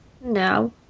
No